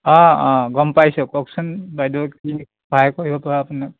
অঁ অঁ গম পাইছোঁ কওকচোন বাইদেউ কি সহায় কৰিব পাৰোঁ আপোনাক